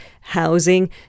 housing